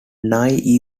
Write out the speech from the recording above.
nye